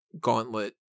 gauntlet